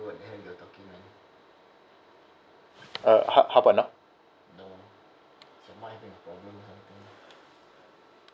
uh how how about now